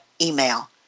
email